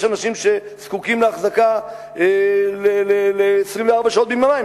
יש אנשים שזקוקים להחזקה 24 שעות ביממה,